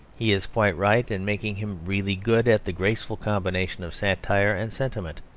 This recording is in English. he is quite right in making him really good at the graceful combination of satire and sentiment,